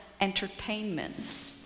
entertainments